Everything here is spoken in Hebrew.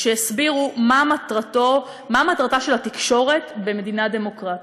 כשהסבירו מה מטרתה של התקשורת במדינה דמוקרטית.